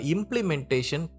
Implementation